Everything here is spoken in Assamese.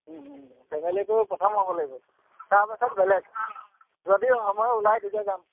ফেমিলিটো প্ৰথম হ'ব লাগিব তাৰপাছত বেলেগ যদি সময় ওলাই তেতিয়া যাম